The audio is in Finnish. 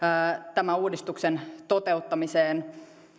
tämän uudistuksen toteuttamiseen